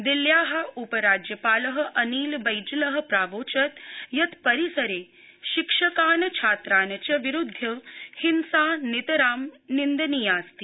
दिल्ल्या उपराज्यपाल अनिल बैजल प्रावोचत् यत् परिसरे शिक्षकान् छात्रान् च विरुध्य हिंसा नितरां निन्दनीयाऽस्ति